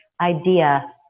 Idea